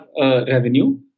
revenue